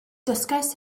dysgais